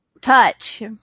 touch